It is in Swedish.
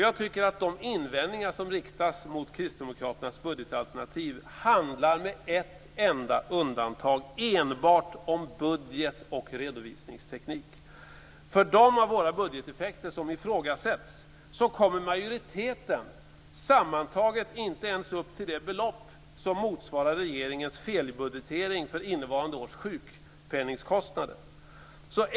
Jag tycker att de invändningar som riktas mot Kristdemokraternas budgetalternativ med ett enda undantag enbart handlar om budget och redovisningsteknik. De budgeteffekter i vårt alternativ som ifrågasätts av majoriteten kommer sammantaget inte ens upp till det belopp som motsvarar regeringens felbudgetering för innevarande års kostnader för sjukpenningen.